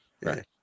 Right